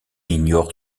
ignore